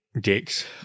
dicks